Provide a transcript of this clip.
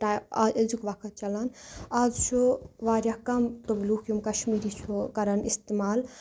ٹا أزیُک وقت چلان اَز چھُ واریاہ کم تِم لوٗکھ یِم کشمیٖری چھُ کران استعمال